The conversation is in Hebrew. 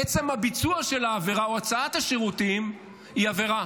עצם הביצוע של העבירה או הצעת השירותים היא עבירה.